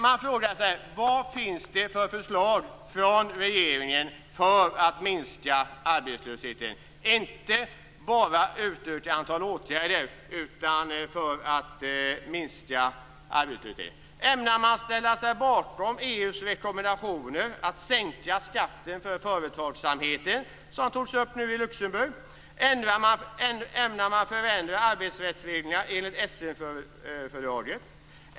Man frågar sig vad det finns för förslag från regeringen för att minska arbetslösheten, inte bara utöka ett antal åtgärder utan för att minska arbetslösheten. Ämnar man ställa sig bakom EU:s rekommendationer att sänka skatten för företagsamheten, som togs upp nu i Luxemburg? Ämnar man förändra arbetsrättsreglerna enligt Essenfördraget?